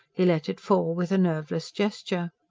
he let it fall with a nerveless gesture.